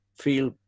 feel